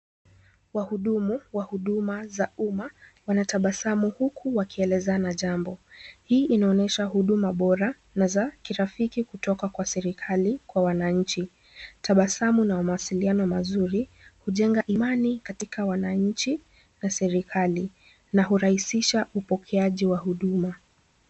Wahudumu wa huduma za umma wanatabasamu huku wakielezana jambo. Hii inaonyesha huduma bora na za kirafiki kutoka kwa serikali kwa wananchi. Tabasamu na mawasiliano mazuri, hujenga imani katika wananchi na serikali na hurahisisha upokeaji wa huduma.